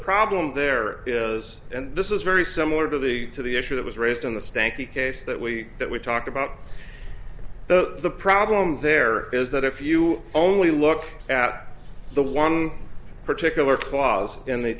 problem there was and this is very similar to the to the issue that was raised in the stanky case that we that we talked about the problem there is that if you only look at the one particular clause in the